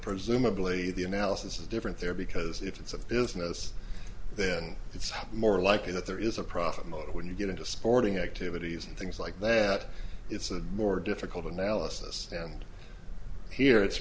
believe the analysis is different there because if it's a business then it's happened more likely that there is a profit motive when you get into sporting activities and things like that it's a more difficult analysis and here it's